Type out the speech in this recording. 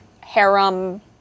harem